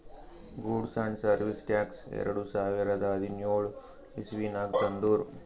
goods and service tax ಎರಡು ಸಾವಿರದ ಹದಿನ್ಯೋಳ್ ಇಸವಿನಾಗ್ ತಂದುರ್